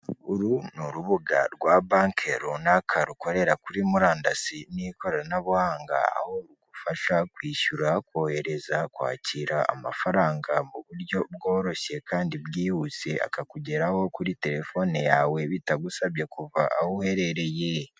Uru ni urubuga rwa banki runaka, rukorera kuri murandasi n'ikoranabuhanga, aho rugufasha kwishyura, kohereza, kwakira amafaranga mu buryo bworoshye kandi bwihuse, akakugeraho kuri telefone yawe, bitagusabye kuva aho uherereye.